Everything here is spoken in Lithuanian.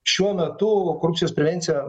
šiuo metu korupcijos prevencija